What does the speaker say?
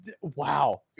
wow